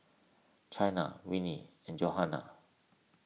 Chynna Winnie and Johannah